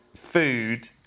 food